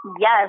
Yes